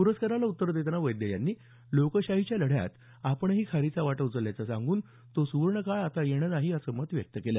पुरस्कारला उत्तर देताना वैद्य यांनी लोकशाहीच्या लढ्यात आपणही खारीचा वाटा उचलल्याचं सांगून तो सुवर्णक़ाळ आता येणे नाही असं मत व्यक्त केलं